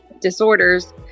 disorders